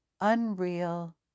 unreal